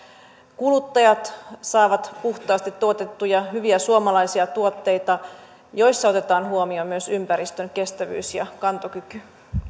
kuluttajat saavat puhtaasti tuotettuja hyviä suomalaisia tuotteita joissa otetaan huomioon myös ympäristön kestävyys ja kantokyky